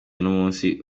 n’umunsi